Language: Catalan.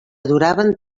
duraven